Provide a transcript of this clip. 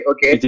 Okay